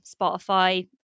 Spotify